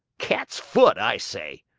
cat's foot, i say.